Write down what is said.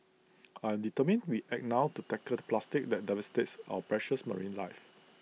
I'm determined we act now to tackle the plastic that devastates our precious marine life